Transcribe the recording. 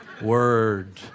Word